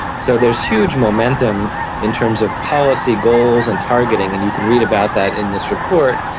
so there's huge momentum in terms of policy goals and targeting, and you can read about that in this report.